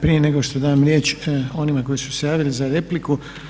Prije nego što dam riječ onima koji su se javili za repliku.